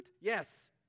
Yes